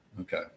Okay